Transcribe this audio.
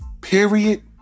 period